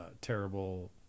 terrible